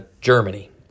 Germany